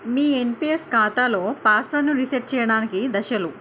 మీ NPS ఖాతాలో పాస్వర్డ్ను reset చేయడానికి దశలు